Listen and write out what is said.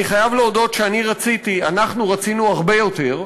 אני חייב להודות שאנחנו רצינו הרבה יותר,